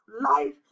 life